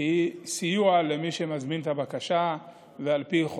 היא סיוע למי שמזמין את הבקשה ועל פי החוק.